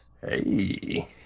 Hey